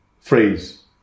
phrase